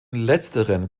letzteren